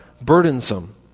burdensome